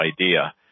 IDEA